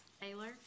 Taylor